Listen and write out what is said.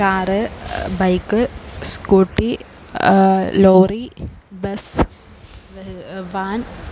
car bike scooty lorry bus van